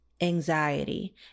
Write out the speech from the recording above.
anxiety